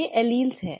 ये एलील हैं